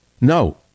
No